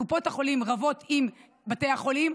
קופות החולים רבות עם בתי החולים,